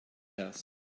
house